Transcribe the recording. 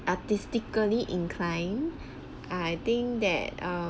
artistically inclined I think that err